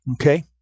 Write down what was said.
Okay